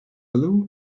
blue